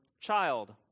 child